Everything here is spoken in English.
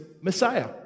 Messiah